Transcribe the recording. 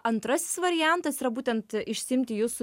antrasis variantas yra būtent išsiimti jūsų